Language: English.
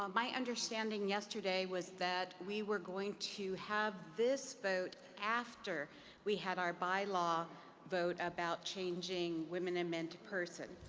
um my understanding yesterday was that we were going to have this voted after we had our bylaw vote about changing women and men to person